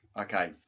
Okay